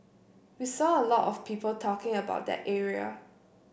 we saw a lot of people talking about that area